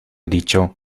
dicho